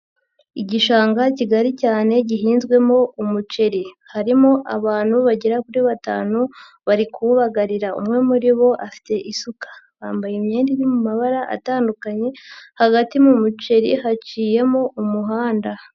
Igishanga kigari cyane gihinzwemo umuceri. Harimo abantu bagera kuri batanu bari kuwubagarira. Umwe muri bo afite isuka. Bambaye imyenda iri mu mabara atandukanye, hagati mu muceri haciyemo umuhanda.